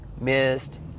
missed